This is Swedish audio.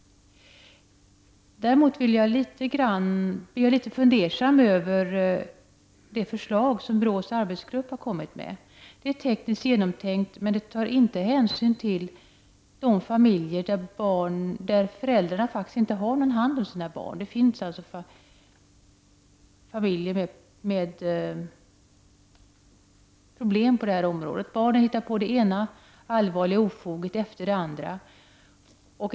Däremot är jag litet fundersam över de förslag som BRÅs arbetsgrupp har lagt fram. Det är tekniskt genomtänkt, men det tar inte hänsyn till de familjer där föräldrarna faktiskt inte har någon hand med sina barn. Det finns alltså familjer med sådana problem. Barnen gör det ena ällvarliga ofoget efter det andra.